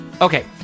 Okay